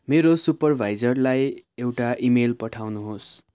मेरो सुपरभाइजरलाई एउटा इमेल पठाउनुहोस्